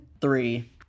three